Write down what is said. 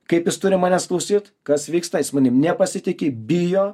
kaip jis turi manęs klausyt kas vyksta jis manim nepasitiki bijo